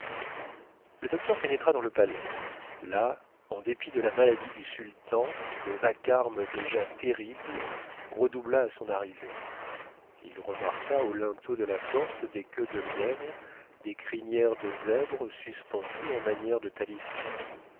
le docteur pénétra dans le palais là en dépit de la maladie du sultan le vacarme déjà terrible redoubla à son arrivée il remarqua au linteau de la porte des queues de lièvre des crinières de zèbre suspendues en manière de talisman